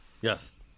Yes